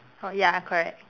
oh ya correct